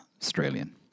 australian